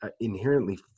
inherently